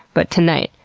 but tonight.